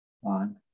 one